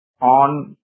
on